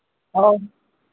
और